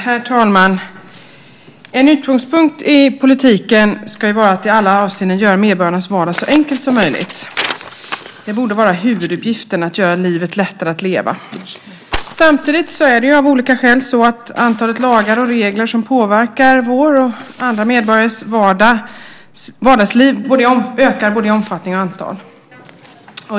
Herr talman! En utgångspunkt i politiken ska ju vara att i alla avseenden göra medborgarnas vardag så enkel som möjligt. Det borde vara huvuduppgiften att göra livet lättare att leva. Samtidigt är det av olika skäl så att antalet lagar och regler som påverkar vårt och andra medborgares vardagsliv ökar både i omfattning och antal.